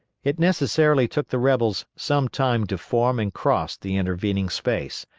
it necessarily took the rebels some time to form and cross the intervening space,